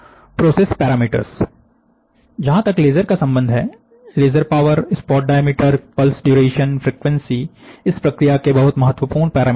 process पैरामीटर्सजहां तक laser का संबंध है laser power spot diameter pulse duration frequency इस प्रक्रिया के बहुत महत्वपूर्ण पैरामीटर हैं